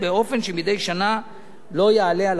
באופן שמדי שנה לא יעלה על